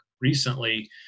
recently